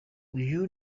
uyu